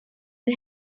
and